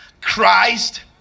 Christ